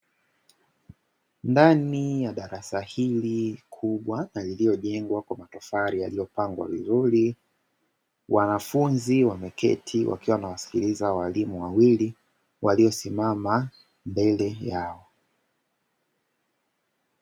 Ndani ya darasa hili kubwa na lililojengwa kwa matofari yaliyopangwa vizuri, wanafunzi wameketi wakiwa wanawasikiliza walimu wawili waliosimama mbele yao.